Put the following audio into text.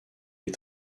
les